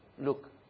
look